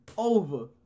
over